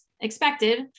expected